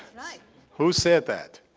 who said that?